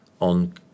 on